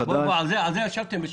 התשל"ב-1972," על זה ישבתם בשקט?